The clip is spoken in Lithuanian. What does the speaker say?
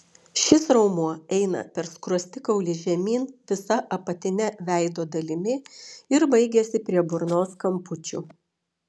šis raumuo eina per skruostikaulį žemyn visa apatine veido dalimi ir baigiasi prie burnos kampučių